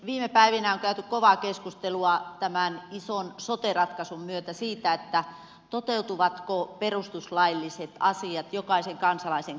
viime päivinä on käyty kovaa keskustelua tämän ison sote ratkaisun myötä siitä toteutuvatko perustuslailliset asiat jokaisen kansalaisen kohdalla